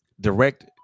Direct